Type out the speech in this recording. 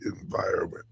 environment